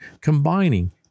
combining